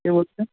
কে বলছেন